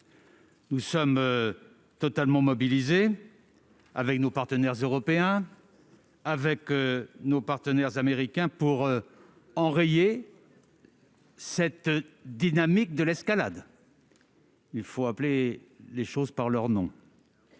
Nous sommes totalement mobilisés, avec nos partenaires européens, avec nos partenaires américains, pour enrayer la dynamique de l'escalade- il faut appeler les choses par leur nom.